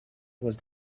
was